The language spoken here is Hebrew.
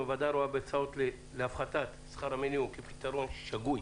הוועדה רואה בהצעות להפחתת שכר המינימום פתרון שגוי